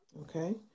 Okay